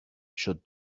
should